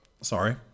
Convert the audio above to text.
Sorry